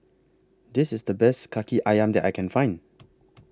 This IS The Best Kaki Ayam that I Can Find